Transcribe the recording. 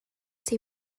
ser